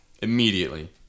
Immediately